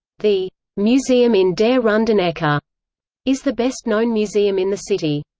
the museum in der runden ecke ah is the best known museum in the city.